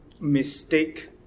mistake